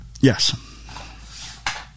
Yes